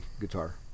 guitar